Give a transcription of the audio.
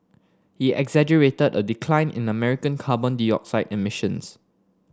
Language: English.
he exaggerated a decline in American carbon dioxide emissions